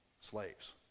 slaves